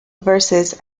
versus